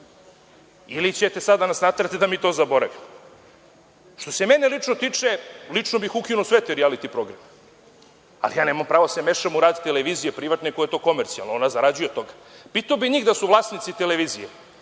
Ili ćete sada da nas naterate da mi to zaboravimo? Što se mene lično tiče, lično bih ukinuo sve te rijaliti programe, ali ja nemam pravo da se mešam u rad televizije privatne koja je komercijalna, ona zarađuje od toga. Pitao bih njih da su vlasnici televizije